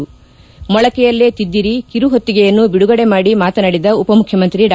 ಮೊಳಕೆಯಲ್ಲೇ ತಿದ್ದಿರಿ ಕಿರುಹೊತ್ತಿಗೆಯನ್ನು ಬಿಡುಗಡೆ ಮಾಡಿ ಮಾತನಾಡಿದ ಉಪ ಮುಖ್ಯಮಂತ್ರಿ ಡಾ